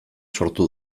sortu